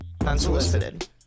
Unsolicited